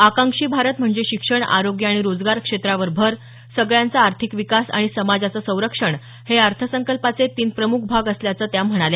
आकांक्षी भारत म्हणजे शिक्षण आरोग्य आणि रोजगार क्षेत्रावर भर सगळ्यांचा आर्थिक विकास आणि समाजाचं संरक्षण हे या अर्थसंकल्पाचे तीन प्रमुख भाग असल्याचं त्या म्हणाल्या